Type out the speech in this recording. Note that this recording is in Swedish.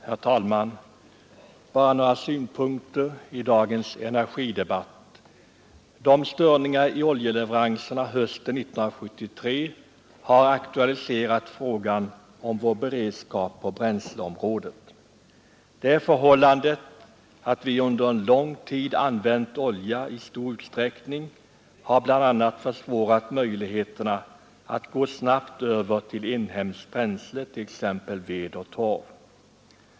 Herr talman! Bara några synpunkter i dagens energidebatt. Störningarna i oljeleveranserna hösten 1973 har aktualiserat frågan om vår beredskap på bränsleområdet. Det förhållandet att vi under lång tid använt olja i stor utsträckning har bl.a. försvårat möjligheterna att gå snabbt över till inhemskt bränsle, t.ex. ved och torv.